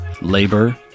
labor